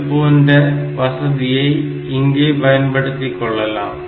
இதுபோன்ற வசதியை இங்கே பயன்படுத்திக்கொள்ளலாம்